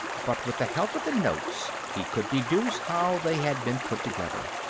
but with the help of the notes he could deduce how they had been put together.